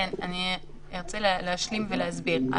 אני ארצה להשלים ולהסביר.